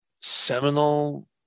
seminal